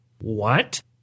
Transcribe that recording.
What